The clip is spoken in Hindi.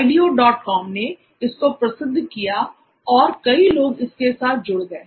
ideocom ने इसको प्रसिद्ध किया और कई लोग इसके साथ जुड़ गए